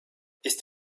ist